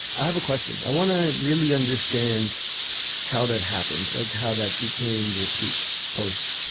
i have a question i want to really understand how that happened. like how that became your peak post,